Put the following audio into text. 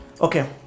okay